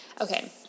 Okay